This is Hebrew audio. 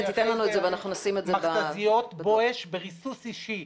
תיתן לנו את זה ונשים את זה ב- -- מכת"זיות בואש בריסוס אישי,